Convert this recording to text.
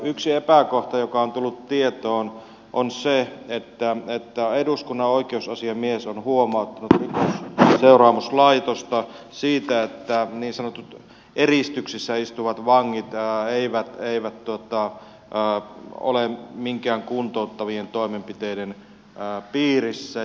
yksi epäkohta joka on tullut tietoon on se että eduskunnan oikeusasiamies on huomauttanut rikosseuraamuslaitosta siitä että niin sanotut eristyksissä istuvat vangit eivät ole minkään kuntouttavien toimenpiteiden piirissä